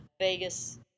Vegas